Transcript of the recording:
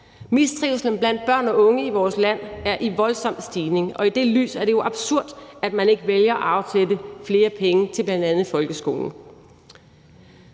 Mistrivslen blandt børn og unge i vores land er i voldsom stigning, og i det lys er det jo absurd, at man ikke vælger at afsætte flere penge til bl.a. folkeskolen.